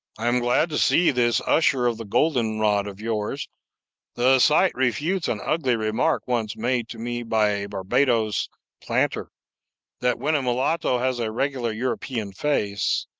i am glad to see this usher-of-the-golden-rod of yours the sight refutes an ugly remark once made to me by a barbadoes planter that when a mulatto has a regular european face,